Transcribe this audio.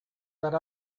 that